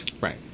Right